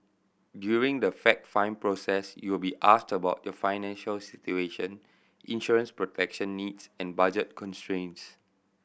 during the fact find process you will be asked about your financial situation insurance protection needs and budget constraints